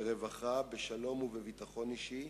ברווחה, בשלום ובביטחון אישי,